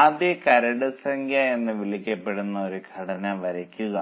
ആദ്യ കരട് സംഖ്യ എന്ന് വിളിക്കപ്പെടുന്ന ഒരു ഘടന വരയ്ക്കുക